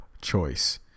choice